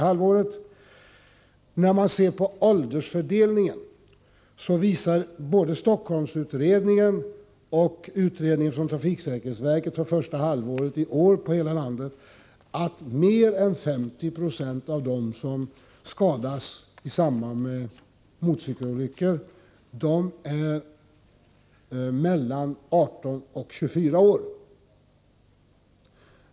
Beträffande åldersfördelningen visar både Stockholmsundersökningen och utredningen från trafiksäkerhetsverket för första halvåret 1984 att mer än 50 96 av dem som skadas i samband med mc-olyckor är mellan 18 och 24 år.